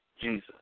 Jesus